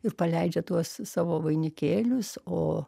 ir paleidžia tuos savo vainikėlius o